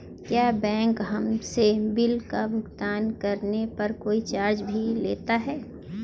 क्या बैंक हमसे बिल का भुगतान करने पर कोई चार्ज भी लेता है?